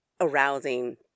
arousing